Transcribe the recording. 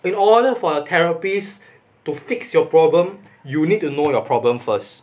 in order for a therapist to fix your problem you need to know your problem first